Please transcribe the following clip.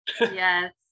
yes